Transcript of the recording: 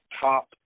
top